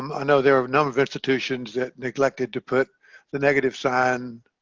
um i know there are a number of institutions that neglected to put the negative sign